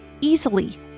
easily